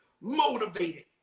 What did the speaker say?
motivated